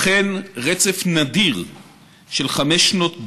אכן, רצף נדיר של חמש שנות בצורת,